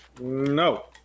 No